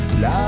La